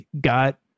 got